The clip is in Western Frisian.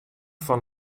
fan